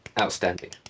outstanding